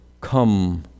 come